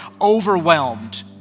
overwhelmed